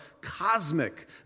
cosmic